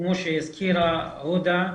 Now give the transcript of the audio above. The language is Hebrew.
כמו שהזכירה הודא,